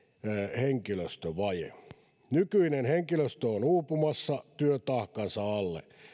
henkilöstövaje nykyinen henkilöstö on uupumassa työtaakkansa alle